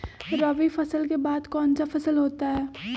रवि फसल के बाद कौन सा फसल होता है?